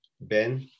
Ben